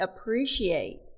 appreciate